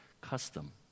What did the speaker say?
custom